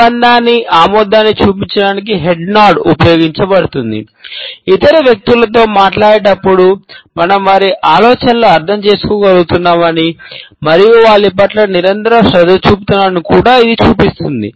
ఒప్పందాన్ని ఆమోదాన్ని చూపించడానికి హెడ్ నోడ్ ఉపయోగించబడుతుంది ఇతర వ్యక్తులతో మాట్లాడేటప్పుడు మనం వారి ఆలోచనలను అర్థం చేసుకోగలుగుతున్నామని మరియు వారి పట్ల నిరంతరం శ్రద్ధ చూపుతున్నామని కూడా ఇది చూపిస్తుంది